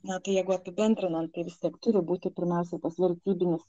na tai jeigu apibendrinant tai vis tiek turi būti pirmiausia tas vertybinis